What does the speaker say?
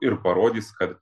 ir parodys kad